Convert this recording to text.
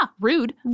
Rude